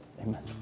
Amen